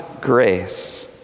grace